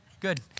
good